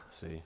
See